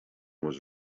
was